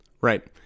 Right